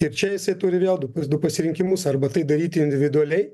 ir čia jisai turi vėl tokius du pasirinkimus arba tai daryti individualiai